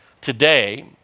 today